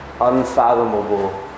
unfathomable